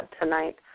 tonight